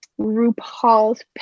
RuPaul's